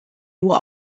nur